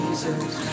Jesus